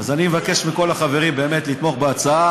אני מבקש מכל החברים, באמת, לתמוך בה.